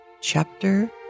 Chapter